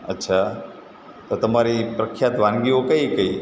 અચ્છા તો તમારી પ્રખ્યાત વાનગીઓ કઈ કઈ